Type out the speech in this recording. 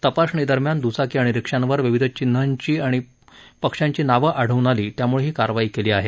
तपासणी दरम्यान दुचाकी आणि रिक्षांवर विविध पक्षांची चिन्हं आणि नावं आढळून आली त्यामुळे ही कारवाई केली आहे